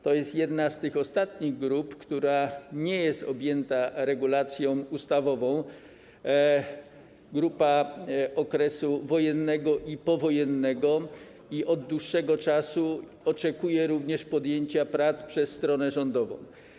To jest jedna z tych ostatnich grup, która nie jest objęta regulacją ustawową, grupa z okresów wojennego i powojennego, i od dłuższego czasu również oczekuje podjęcia prac przez stronę rządową.